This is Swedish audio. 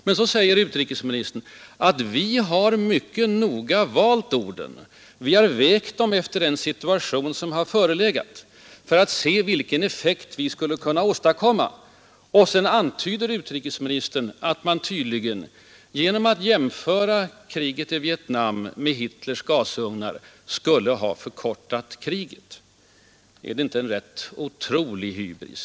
Men samtidigt gjorde utrikesministern gällande att regeringen mycket noga valt sina ord, ”vägt dem” efter den situation som förelegat för att bedöma vilken ”effekt” man skulle kunna åstadkomma, och därmed antydde utrikesministern att man genom att jämföra kriget i Vietnam med Hitlers gasugnar skulle ha ”förkortat kriget.” Är det inte en otrolig hybris!